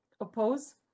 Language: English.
oppose